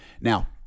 now